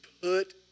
put